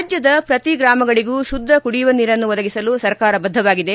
ರಾಜ್ಞದ ಪ್ರತಿ ಗ್ರಾಮಗಳಿಗೂ ಶುದ್ದ ಕುಡಿಯುವ ನೀರನ್ನು ಒದಗಿಸಲು ಸರ್ಕಾರ ಬದ್ದವಾಗಿದೆ